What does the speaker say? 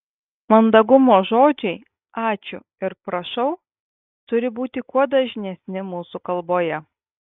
mandagumo žodžiai ačiū ir prašau turi būti kuo dažnesni mūsų kalboje